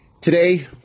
Today